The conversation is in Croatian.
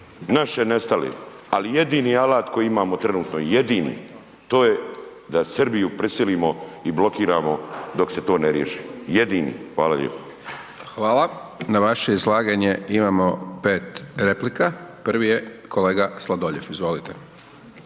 naše nestale. Ali jedini alat koji imamo, trenutno jedini, to je da Srbiju prisilimo i blokiramo dok se to ne riješi, jedini. Hvala lijepo. **Hajdaš Dončić, Siniša (SDP)** Na vaše izlaganje imamo 5 replika. Prvi je kolega Sladoljev, izvolite.